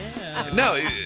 No